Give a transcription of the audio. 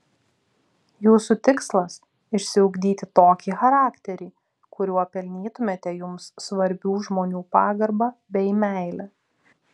jūsų tikslas išsiugdyti tokį charakterį kuriuo pelnytumėte jums svarbių žmonių pagarbą bei meilę